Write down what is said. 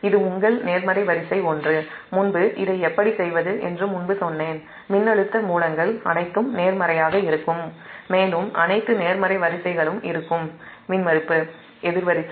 இது உங்கள் நேர்மறை வரிசை ஒன்று இதை எப்படி செய்வது என்று முன்பு சொன்னேன் மின்னழுத்த மூலங்கள் அனைத்தும் நேர்மறையாக இருக்கும் மேலும் அனைத்து நேர்மறை வரிசைகளும் மின்மறுப்பு இருக்கும்